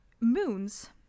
moons